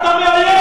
אתה מאיים.